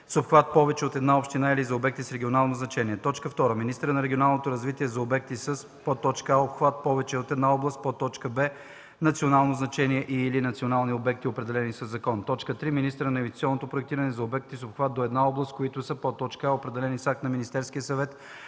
с обхват повече от една община или за обекти с регионално значение; 2. министъра на регионалното развитие – за обекти със: а) обхват повече от една област; б) национално значение и/или национални обекти, определени със закон; 3. министъра на инвестиционното проектиране – за обекти с обхват до една област, които са: а) определени с акт на Министерския съвет